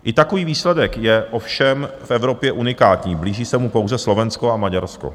I takový výsledek je ovšem v Evropě unikátní, blíží se mu pouze Slovensko a Maďarsko.